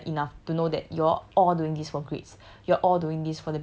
I think you all know each other enough to know that you all all doing this for grades